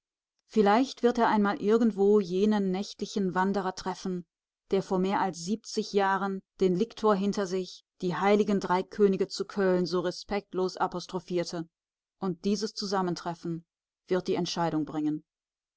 vielleicht wird er einmal irgendwo jenen nächtlichen wanderer treffen der vor mehr als siebzig jahren den liktor hinter sich die heiligen drei könige zu köln so respektlos apostrophierte und dieses zusammentreffen wird die entscheidung bringen